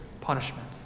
punishment